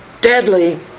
deadly